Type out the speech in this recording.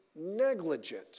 negligent